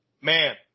man